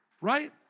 right